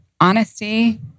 Honesty